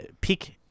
Peak